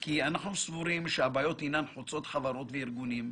כי אנחנו סבורים שהבעיות הינן חוצות חברות וארגונים,